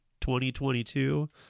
2022